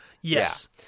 Yes